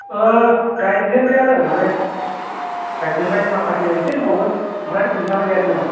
ओ गायजेनबायानो माने गायजेनबाय माखासे एसे दंबावो ओमफ्राय नोंथाङालाय गायाखै नामा